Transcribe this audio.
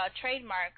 trademark